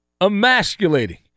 emasculating